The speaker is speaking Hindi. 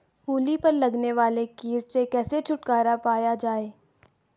मूली पर लगने वाले कीट से कैसे छुटकारा पाया जाये?